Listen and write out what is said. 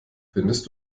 findest